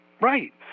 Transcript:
Right